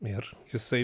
ir jisai